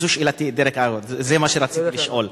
זו שאלתי, זה מה שרציתי לשאול,